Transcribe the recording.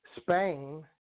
Spain